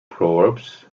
proverbs